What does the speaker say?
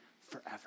forever